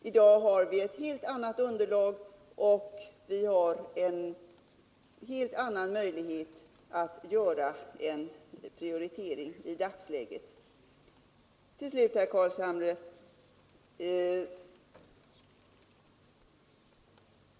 I dag m.m. har vi ett helt annat underlag och en helt annan möjlighet att göra en prioritering. Till slut, herr Carlshamre!